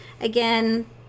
again